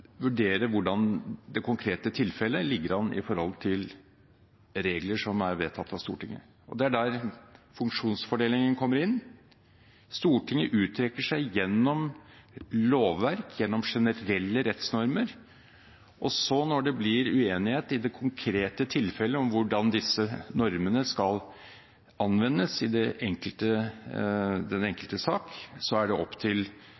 vurdere hvordan det konkrete tilfellet ligger an i forhold til regler som er vedtatt av Stortinget. Det er her funksjonsfordelingen kommer inn. Stortinget uttrykker seg gjennom lovverk, gjennom generelle rettsnormer. Når det i det konkrete tilfellet blir uenighet om hvordan disse normene skal anvendes i den enkelte sak, er det opp til